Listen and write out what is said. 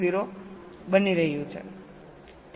0 બની રહ્યું છે